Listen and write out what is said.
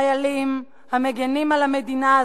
חיילים המגינים על המדינה הזאת,